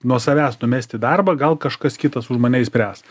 nuo savęs numesti darbą gal kažkas kitas už mane išspręs